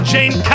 Jane